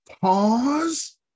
Pause